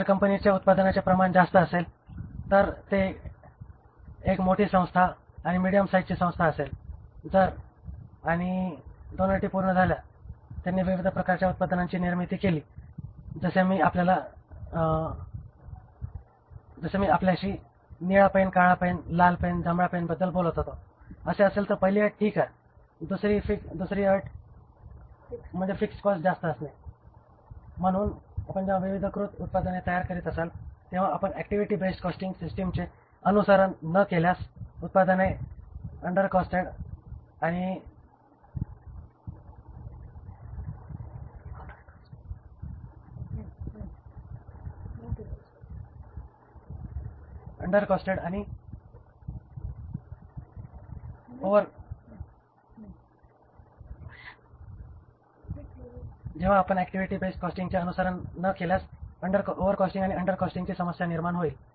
जर कंपनीचे उत्पादनाचे प्रमाण जास्त असेल तर ते एक मोठी संस्था किंवा मिडीयम साईजची संस्था असेल तर आणि दोन अटी पूर्ण झाल्या की त्यांनी विविध प्रकारच्या उत्पादनांची निर्मिती केली जसे मी आपल्याशी निळा पेन काळा पेन लाल पेन जांभळा पेनबद्दल बोलत होतो असे असेल तर पहिली अट ठीक आहे दुसरी फिक्स्ड कॉस्ट जास्त असणे म्हणून जेव्हा आपण विविधीकृत उत्पादने तयार करीत असाल तेव्हा आपण ऍक्टिव्हिटी बेस्ट कॉस्टिंग सिस्टमचे अनुसरण न केल्यास ओव्हर कॉस्टिंग आणि अंडर कॉस्टिंगची समस्या निर्माण होईल